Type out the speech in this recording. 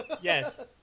yes